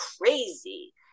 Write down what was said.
crazy